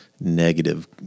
negative